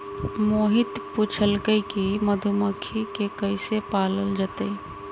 मोहित पूछलकई कि मधुमखि के कईसे पालल जतई